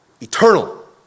eternal